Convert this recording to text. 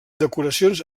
decoracions